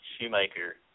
Shoemaker